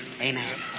Amen